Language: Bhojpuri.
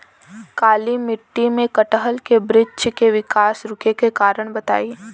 काली मिट्टी में कटहल के बृच्छ के विकास रुके के कारण बताई?